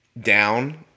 down